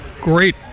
great